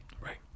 Right